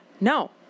No